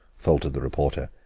faltered the reporter,